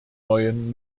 neuen